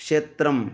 क्षेत्रं